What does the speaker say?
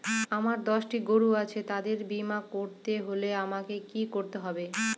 আমার দশটি গরু আছে তাদের বীমা করতে হলে আমাকে কি করতে হবে?